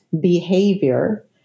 behavior